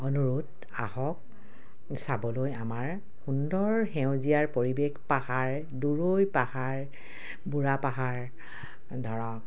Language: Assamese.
অনুৰোধ আহক চাবলৈ আমাৰ সুন্দৰ সেউজীয়াৰ পৰিৱেশ পাহাৰ দূৰৈ পাহাৰ বুঢ়াপাহাৰ ধৰক